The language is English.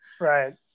Right